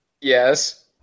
Yes